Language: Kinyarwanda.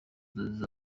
nzozi